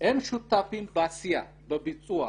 שותפים בעשייה, בביצוע,